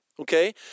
Okay